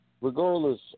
regardless